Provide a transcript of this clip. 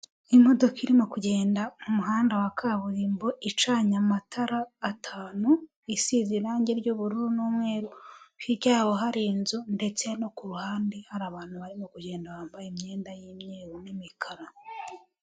Imodoka irimo kugenda mu muhanda wa kaburimbo icanye amatara atanu, isize irangi ry'ubururu n'umweru, hirya yaho hari inzu ndetse no ku ruhande hari abantu barimo kugenda bambaye imyenda y'imyeru n'imikara.